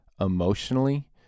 emotionally